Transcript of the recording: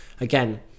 Again